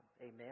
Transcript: Amen